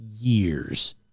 years